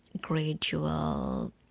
gradual